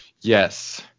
Yes